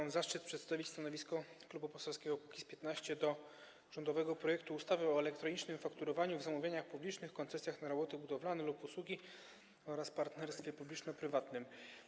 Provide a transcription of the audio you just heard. Mam zaszczyt przedstawić stanowisko Klubu Poselskiego Kukiz’15 odnośnie do rządowego projektu ustawy o elektronicznym fakturowaniu w zamówieniach publicznych, koncesjach na roboty budowlane lub usługi oraz partnerstwie publiczno-prywatnym.